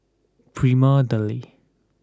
Prima Deli